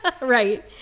Right